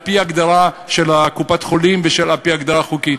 על-פי הגדרה של קופת-חולים ועל-פי ההגדרה החוקית.